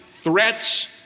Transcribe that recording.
threats